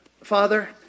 Father